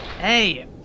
Hey